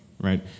right